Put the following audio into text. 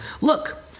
look